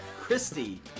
Christy